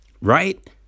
Right